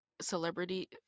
celebrity